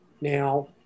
Now